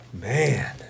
Man